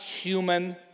human